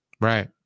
Right